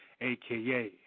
AKA